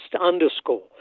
underscore